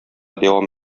дәвам